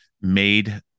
made